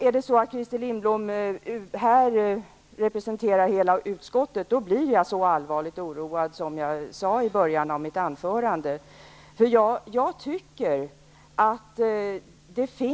Är det så att Christer Lindblom här representerar hela utskottet blir jag så allvarligt oroad som jag sade i början av mitt anförande.